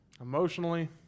Emotionally